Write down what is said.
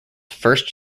first